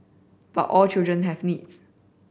but all children have needs